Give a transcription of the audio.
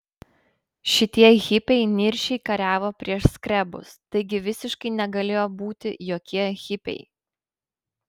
šitie hipiai niršiai kariavo prieš skrebus taigi visiškai negalėjo būti jokie hipiai